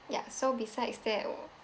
yup so besides that uh